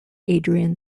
adrian